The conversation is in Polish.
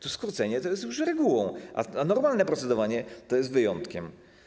To skrócenie już jest regułą, a normalne procedowanie jest wyjątkiem.